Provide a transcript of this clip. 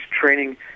training